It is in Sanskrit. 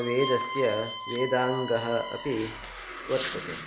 वेदस्य वेदाङ्गनि अपि वर्तते